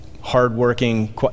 hardworking